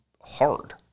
hard